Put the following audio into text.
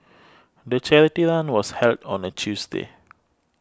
the charity run was held on a Tuesday